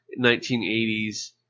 1980s